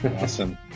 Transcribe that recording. Awesome